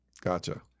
gotcha